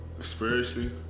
Spiritually